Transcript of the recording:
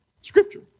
Scripture